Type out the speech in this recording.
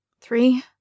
Three